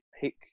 pick